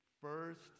First